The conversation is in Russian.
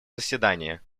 заседания